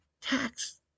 tax